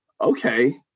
okay